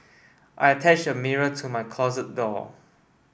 I attached a mirror to my closet door